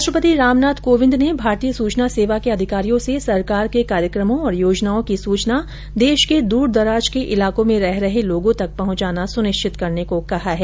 राष्ट्रपति रामनाथ कोविंद ने भारतीय सूचना सेवा के अधिकारियों से सरकार के कार्यक्रमों और योजनाओं की सूचना देश के दूर दराज के इलाकों में रह रहे लोगों तक पहुंचाना सुनिश्चित करने को कहा है